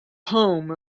home